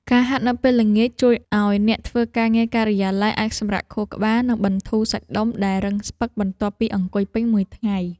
ការហាត់នៅពេលល្ងាច ជួយឱ្យអ្នកធ្វើការងារការិយាល័យអាចសម្រាកខួរក្បាល និងបន្ធូរសាច់ដុំដែលរឹងស្ពឹកបន្ទាប់ពីអង្គុយពេញមួយថ្ងៃ។